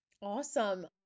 Awesome